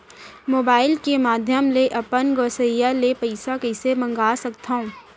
Mobile के माधयम ले अपन गोसैय्या ले पइसा कइसे मंगा सकथव?